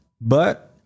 But-